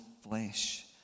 flesh